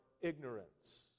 ignorance